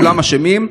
כולם אשמים.